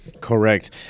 Correct